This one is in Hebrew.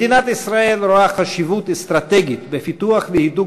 מדינת ישראל רואה חשיבות אסטרטגית בפיתוח והידוק